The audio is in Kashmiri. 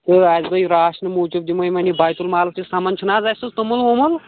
تہٕ اَسہِ دوٚپ راشنہٕ موٗجوٗب دِمو یِمن یہِ بیت المالس سامان چھُنہٕ حظ اَسہِ سُہ توٚمل ووٚمُل